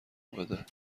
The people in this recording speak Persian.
بده